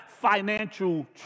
financial